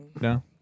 No